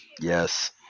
Yes